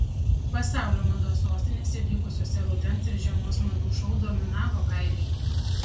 pasaulio mados sostinėse vykusiuose rudens ir žiemos madų šou dominavo kailiai